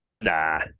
Nah